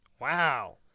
Wow